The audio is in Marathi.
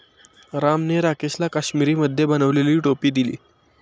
रामने राकेशला काश्मिरीमध्ये बनवलेली टोपी दिली